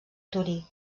torí